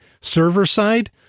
server-side